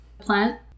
plant